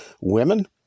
Women